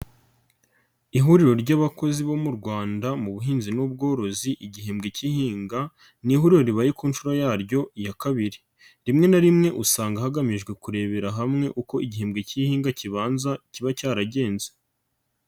KIhuriro ry'abakozi bo mu Rwanda mu buhinzi n'ubworozi igihembwe cyhinga, n'ihuriro ribaye ku nshuro yaryo ya kabiri, rimwe na rimwe usanga hagamijwe kurebera hamwe uko igihembwe cy'hinga kibanza kiba cyaragenze.